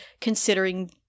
considering